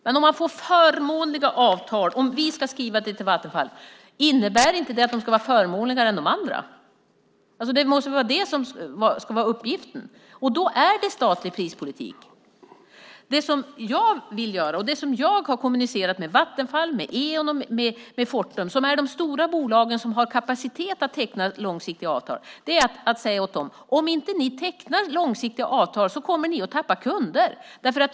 Men om vi ska skriva till Vattenfall att det ska vara förmånliga avtal, innebär inte det att de är förmånligare än de andra? Det måste vara uppgiften, och då är det statlig prispolitik. Det som jag vill göra har jag kommunicerat med Vattenfall, Eon och Fortum, som är de stora bolagen som har kapacitet att teckna långsiktiga avtal. Det är att säga åt dem: Om inte ni tecknar långsiktiga avtal kommer ni att tappa kunder.